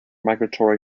migratory